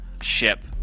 ship